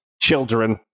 Children